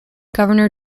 governor